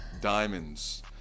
Diamonds